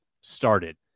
started